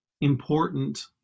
important